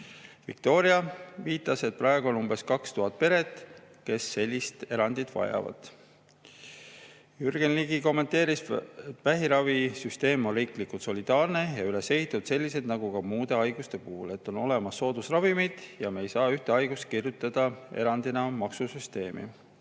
Viktoria viitas, et praegu on umbes 2000 peret, kes sellist erandit vajavad. Jürgen Ligi kommenteeris, et vähiravisüsteem on riiklikult solidaarne ja üles ehitatud selliselt nagu ka muude haiguste puhul, et on olemas soodusravimid ja me ei saa ühte haigust kirjutada erandina maksusüsteemi.